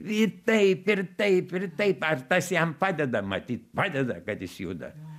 ir taip ir taip ir taip ar tas jam padeda matyt padeda kad jis juda